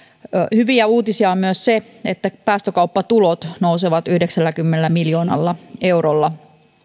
hyviä uutisia on myös se että päästökauppatulot nousevat yhdeksälläkymmenellä miljoonalla eurolla